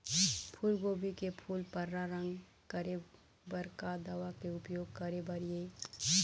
फूलगोभी के फूल पर्रा रंग करे बर का दवा के उपयोग करे बर ये?